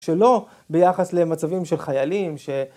שלא ביחס למצבים של חיילים ש..